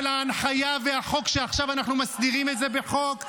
של ההנחיה שעכשיו אנחנו מסדירים בחוק,